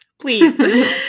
Please